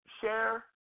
Share